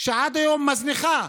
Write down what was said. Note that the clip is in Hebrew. שעד היום מזניחה